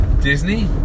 Disney